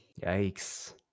Yikes